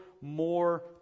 more